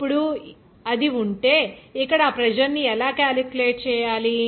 ఇప్పుడు అది ఉంటే ఇక్కడ ఆ ప్రెజర్ ని ఎలా క్యాలిక్యులేట్ చేయాలి